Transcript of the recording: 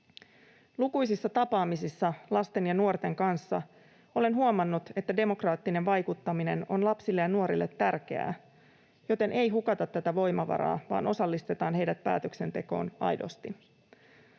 Lukuisissa tapaamisissa lasten ja nuorten kanssa olen huomannut, että demokraattinen vaikuttaminen on lapsille ja nuorille tärkeää, joten ei hukata tätä voimavaraa, vaan osallistetaan heidät päätöksentekoon aidosti.